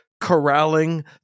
corralling